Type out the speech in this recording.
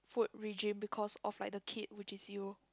food regime because of by the kids which is you